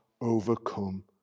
overcome